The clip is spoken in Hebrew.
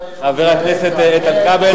חבר הכנסת איתן כבל.